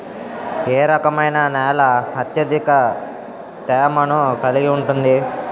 ఏ రకమైన నేల అత్యధిక తేమను కలిగి ఉంటుంది?